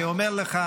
אני אומר לך,